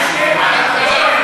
ועדת המשנה,